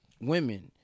women